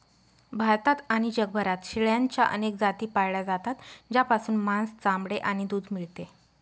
भारतात आणि जगभरात शेळ्यांच्या अनेक जाती पाळल्या जातात, ज्यापासून मांस, चामडे आणि दूध मिळते